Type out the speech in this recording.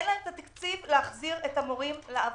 אין להם את התקציב להחזיר את המורים לעבודה.